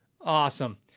awesome